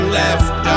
left